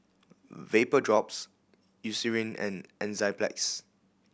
Vapodrops Eucerin and Enzyplex